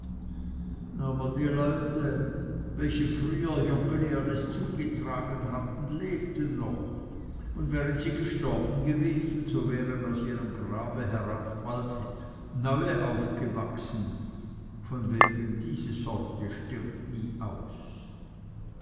aber die leute welche früher joggeli alles zugetragen hatten lebten noch und wären sie gestorben gewesen so wären aus ihrem grabe herauf alsbald neue aufgewachsen von wegen diese sorte stirbt nie aus